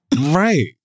right